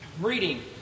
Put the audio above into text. Reading